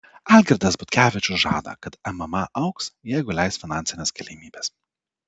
algirdas butkevičius žada kad mma augs jeigu leis finansinės galimybės